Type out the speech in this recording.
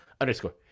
underscore